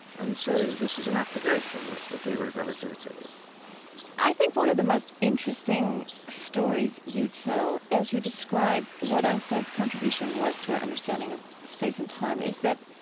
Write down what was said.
and so this is an application of the theory of relativity i think one of the most interesting stories you tell, as you describe what einstein's contribution was to our understanding of space and time, is that,